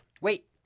Wait